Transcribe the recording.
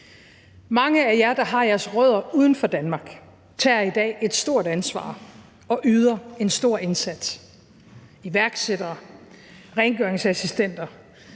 Mange af jer, der har jeres rødder uden for Danmark, tager i dag et stort ansvar og yder en stor indsats: iværksættere, rengøringsassistenter,